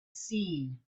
seen